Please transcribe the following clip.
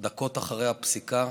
דקות אחרי הפסיקה.